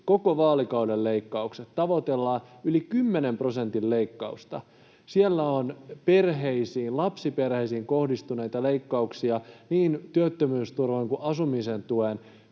koko vaalikaudelle yli 10 prosentin leikkausta. Siellä on perheisiin, lapsiperheisiin, kohdistuneita leikkauksia, niin työttömyysturvan, asumisen tuen